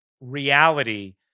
reality